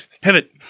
Pivot